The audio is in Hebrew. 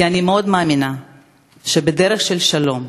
כי אני מאוד מאמינה שבדרך של שלום,